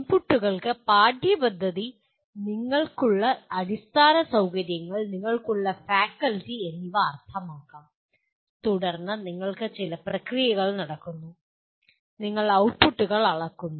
ഇൻപുട്ടുകൾക്ക് പാഠ്യപദ്ധതി നിങ്ങൾക്കുള്ള അടിസ്ഥാന സൌകര്യങ്ങൾ നിങ്ങൾക്കുള്ള ഫാക്കൽറ്റി എന്നിവ അർത്ഥമാക്കാം തുടർന്ന് നിങ്ങൾക്ക് ചില പ്രക്രിയകൾ നടക്കുന്നു നിങ്ങൾ ഔട്ട്പുട്ടുകൾ അളക്കുന്നു